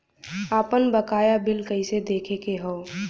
आपन बकाया बिल कइसे देखे के हौ?